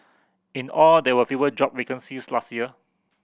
in all there were fewer job vacancies last year